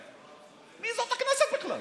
מי זאת הכנסת בכלל?